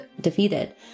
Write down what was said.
defeated